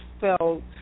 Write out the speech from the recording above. felt